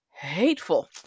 hateful